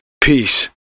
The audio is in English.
Peace